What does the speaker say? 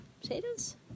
potatoes